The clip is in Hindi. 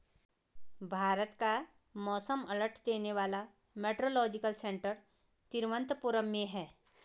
भारत का मौसम अलर्ट देने वाला मेट्रोलॉजिकल सेंटर तिरुवंतपुरम में है